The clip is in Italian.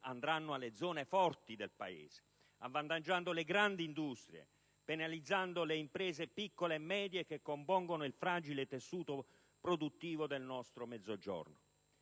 andranno alle zone forti del Paese, avvantaggiando le grandi industrie e penalizzando le imprese piccole e medie che compongono il fragile tessuto produttivo del nostro Mezzogiorno.